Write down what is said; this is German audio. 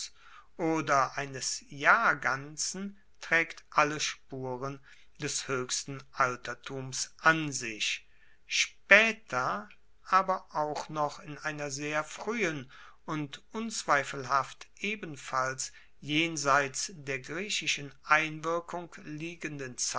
oder eines jahrganzen traegt alle spuren des hoechsten altertums an sich spaeter aber auch noch in einer sehr fruehen und unzweifelhaft ebenfalls jenseits der griechischen einwirkung liegenden